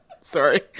Sorry